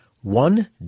One